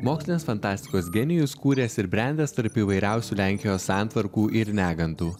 mokslinės fantastikos genijus kūręs ir brendęs tarp įvairiausių lenkijos santvarkų ir negandų